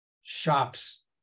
shops